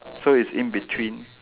so it's in between